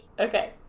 Okay